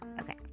okay